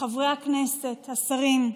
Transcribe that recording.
חברי הכנסת, השרים.